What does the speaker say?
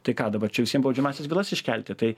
tai ką dabar čia visiem baudžiamąsias bylas iškelti tai